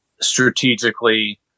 strategically